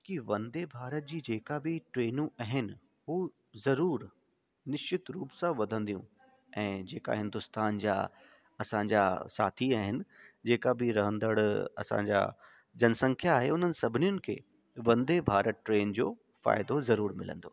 की वंदे भारत जी जेका बि ट्रेनूं आहिनि हू ज़रूरु निश्चित रूप सां वधंदियूं ऐं जेका हिदुस्तान जा असां जा साथी आहिनि जेका बि रहंदड़ असांजा जनसंख्या आहे उन्हनि सभिनीनि खे वंदे भारत ट्रेन जो फ़ाइदो ज़रूरु मिलंदो